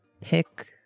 pick